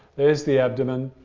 there's the abdomen.